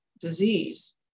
disease